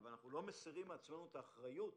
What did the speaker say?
אנחנו לא מסירים מעצמנו את האחריות,